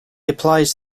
applies